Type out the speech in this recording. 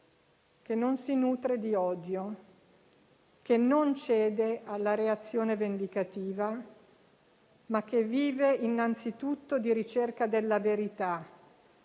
che non si nutre di odio che non cede alla reazione vendicativa, ma che vive innanzitutto di ricerca della verità,